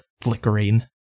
flickering